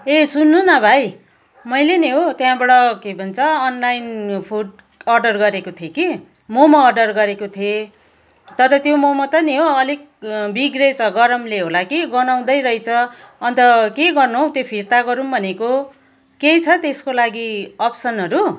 ए सुन्नु न भाइ मैले नि हो त्यहाँबाट के भन्छ अनलाइन फुड अर्डर गरेको थिएँ कि मोमो अर्डर गरेको थिएँ तर त्यो मोमो त नि हो अलिक बिग्रिएछ गरमले होला कि गनाउँदै रहेछ अन्त के गर्नु हौ त्यो फिर्ता गरौँ भनेको केही छ त्यसको लागि अप्सनहरू